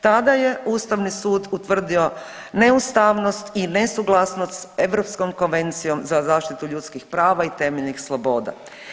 Tada je ustavni sud utvrdio neustavnost i nesuglasnost Europskom konvencijom za zaštitu ljudskih prava i temeljnih sloboda.